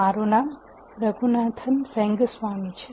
મારું નામ રઘુનાથન રેંગસ્વામી છે